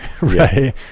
right